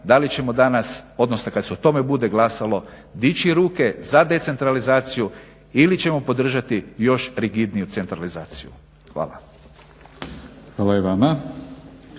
Da li ćemo danas odnosno kad se o tome bude glasalo dići ruke za decentralizaciju ili ćemo podržati još rigidniju centralizaciju. Hvala. **Batinić,